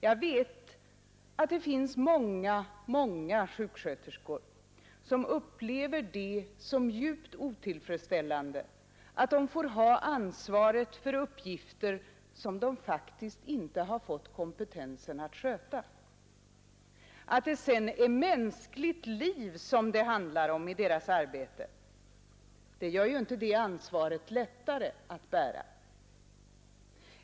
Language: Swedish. Jag vet att det finns många, många sjuksköterskor som upplever det som djupt otillfredställande att de får ha ansvaret för uppgifter som de faktiskt inte har fått kompetensen att sköta. Att det sedan är mänskligt liv det handlar om i deras arbete gör ju inte det ansvaret lättare att bära.